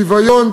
שוויון,